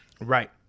right